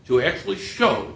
to actually show